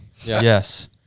Yes